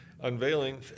unveiling